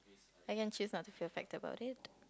I can choose not to fear factor about it